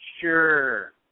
Sure